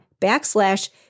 backslash